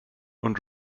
und